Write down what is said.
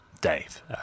Dave